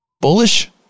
bullish